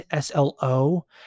slo